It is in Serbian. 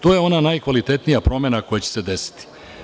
To je ona najkvalitetnija promena koja će se desiti.